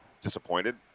disappointed